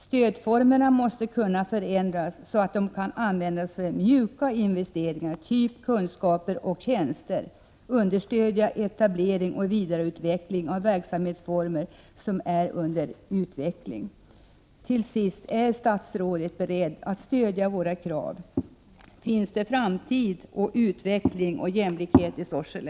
Stödformerna måste kunna förändras, så att stöden kan användas för mjuka investeringar av typen kunskaper och tjänster och så att man kan understödja etablering och vidareutveckling av verksamhetsformer som är under utveckling. Till sist: Är statsrådet beredd att stödja våra krav? Finns det framtid och utveckling och jämlikhet i Sorsele?